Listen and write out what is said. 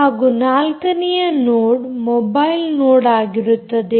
ಹಾಗೂ ನಾಲ್ಕನೆಯ node mobile node ಆಗಿರುತ್ತದೆ